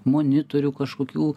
monitorių kažkokių